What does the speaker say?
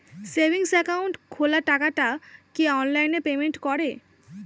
Savings account খোলা টাকাটা কি অনলাইনে পেমেন্ট করে?